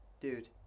Dude